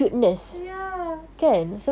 ya